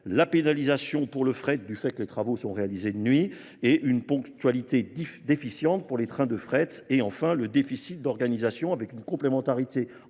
la pénalisation pour le fret du fait que les travaux sont réalisés de nuit et une ponctualité déficiente pour les trains de fret et enfin le déficit d'organisation avec une complémentarité